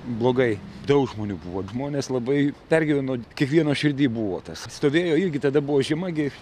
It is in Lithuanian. blogai daug žmonių buvo žmonės labai pergyveno kiekvieno širdy buvo tas stovėjo irgi tada buvo žema gi